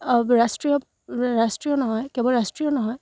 ৰাষ্ট্ৰীয় ৰাষ্ট্ৰীয় নহয় কেৱল ৰাষ্ট্ৰীয় নহয়